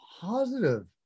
positive